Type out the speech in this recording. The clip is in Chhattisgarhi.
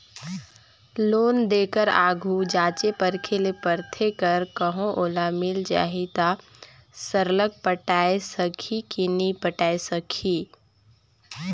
लोन देय कर आघु जांचे परखे ले परथे कर कहों ओला मिल जाही ता सरलग पटाए सकही कि नी पटाए सकही